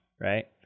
right